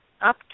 up